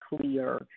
clear